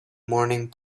morning